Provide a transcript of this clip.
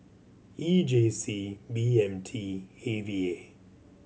E J C B M T A V A